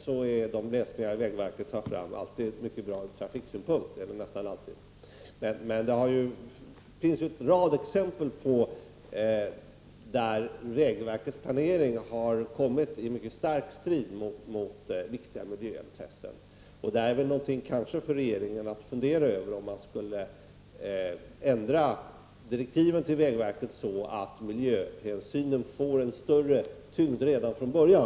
Säkerligen är vägverkets lösningar nästan alltid mycket bra ur trafiksynpunkt. Men det finns en rad exempel på att vägverkets planering verkligen kommit att stå i strid med viktiga miljöintressen. Kanske skulle regeringen fundera över om man skulle ändra direktiven till vägverket så, att miljöhänsynen får en större tyngd redan från början.